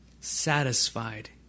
satisfied